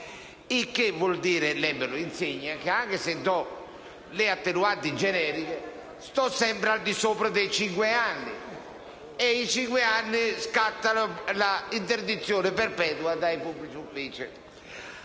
Il che vuol dire - e lei me lo insegna - che anche con le attenuanti generiche si sta sempre al di sopra dei cinque anni, e con i cinque anni scatta l'interdizione perpetua dai pubblici uffici.